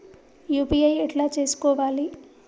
UPI ఎట్లా చేసుకోవాలి?